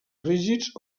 rígids